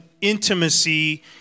intimacy